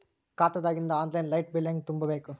ಖಾತಾದಾಗಿಂದ online light bill ಹೇಂಗ ತುಂಬಾ ಬೇಕು?